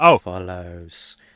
follows